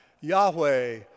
Yahweh